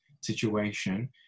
situation